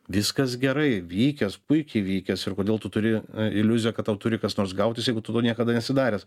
viskas gerai vykęs puikiai vykęs ir kodėl tu turi iliuziją kad tau turi kas nors gautis jeigu tu to niekada nesi daręs